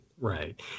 right